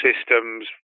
systems